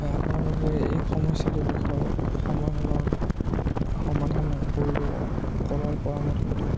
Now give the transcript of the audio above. হয় আপোনালোকে এই সমস্যাটোৰ বিষয়ে অলপ সমাধানৰ সমাধান কৰিব কৰাৰ পৰামৰ্শ দিয়ক